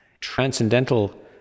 Transcendental